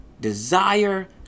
desire